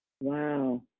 Wow